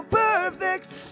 perfect